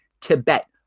Tibet